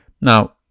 Now